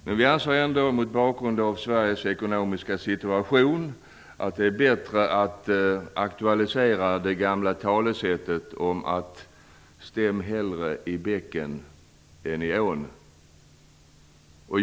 Men vi anser ändå, mot bakgrund av Sveriges ekonomiska situation, att det är bättre att aktualisera det gamla talesättet om att hellre stämma i bäcken än i ån.